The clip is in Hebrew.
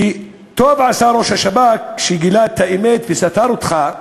וטוב עשה ראש השב"כ כשגילה את האמת וסתר אותך באומרו: